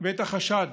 ואת החשד